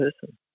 person